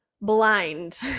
blind